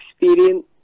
experience